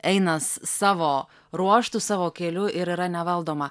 eina s savo ruoštu savo keliu ir yra nevaldoma